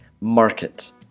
Market